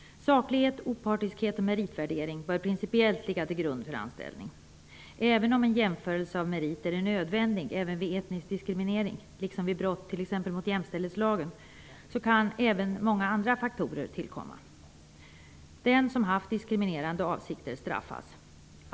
Saklighet, opartiskhet och meritvärdering bör principiellt ligga till grund för anställning. Även om en jämförelse av meriter är nödvändig även vid etnisk diskriminering, liksom vid brott t.ex. mot jämställdhetslagen, kan även många andra faktorer tillkomma. Den som haft diskriminerande avsikter straffas.